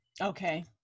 Okay